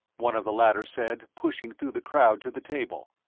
one of the latter said, pushing through the crowd to the table.